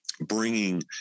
bringing